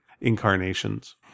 incarnations